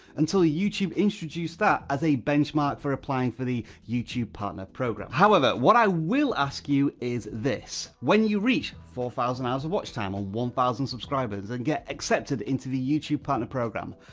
until youtube introduced that as a benchmark for applying for the youtube partner program. however, what i will ask you is this, when you reach four thousand hours of watch time, or ah one thousand subscribers and get accepted into the youtube partner program,